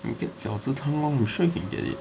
you get 饺子汤 lor you sure can get it